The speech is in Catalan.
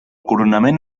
coronament